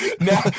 now